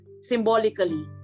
symbolically